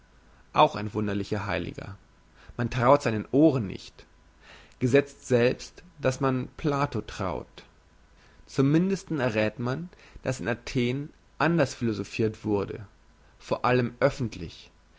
auch ein wunderlicher heiliger man traut seinen ohren nicht gesetzt selbst dass man plato traut zum mindesten erräth man dass in athen anders philosophirt wurde vor allem öffentlich